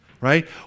right